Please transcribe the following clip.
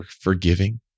forgiving